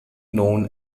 known